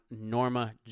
Norma